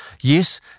Yes